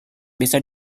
bisa